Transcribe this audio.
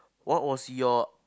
what was your